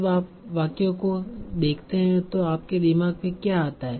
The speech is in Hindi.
जब आप वाक्य को देखते हैं तो आपके दिमाग में क्या आता है